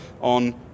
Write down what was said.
on